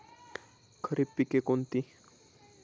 खरीप पिके कोणती?